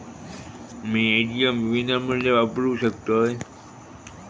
मी ATM विनामूल्य वापरू शकतय?